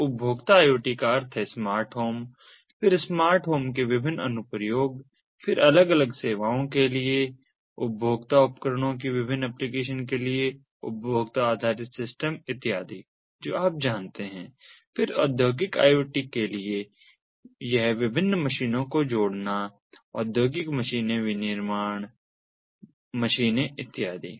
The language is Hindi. तो उपभोक्ता IoT का अर्थ है स्मार्ट होम फिर स्मार्ट होम के विभिन्न अनुप्रयोग फिर अलग अलग सेवाओं के लिए उपभोक्ता उपकरणों की विभिन्न एप्लिकेशन के लिए उपभोक्ता आधारित सिस्टम इत्यादि जो आप जानते हैं फिर औद्योगिक IoT के लिए यह विभिन्न मशीनों को जोड़ना औद्योगिक मशीनें विनिर्माण मशीनें इत्यादि